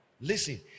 Listen